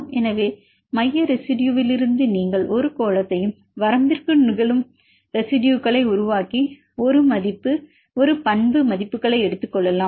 எனவே மைய ரெசிடுயுலிருந்து நீங்கள் ஒரு கோளத்தையும் வரம்பிற்குள் நிகழும் ரெசிடுயுகளை உருவாக்கி I பண்பு மதிப்புகளை எடுத்துக் கொள்ளலாம்